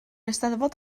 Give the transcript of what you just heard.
eisteddfod